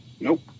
Nope